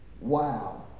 Wow